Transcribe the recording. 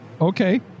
Okay